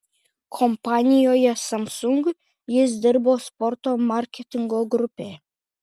kompanijoje samsung jis dirbo sporto marketingo grupėje